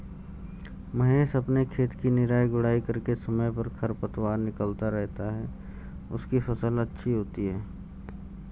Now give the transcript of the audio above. महेश अपने खेत की निराई गुड़ाई करके समय समय पर खरपतवार निकलता रहता है उसकी फसल अच्छी होती है